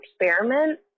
experiment